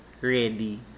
ready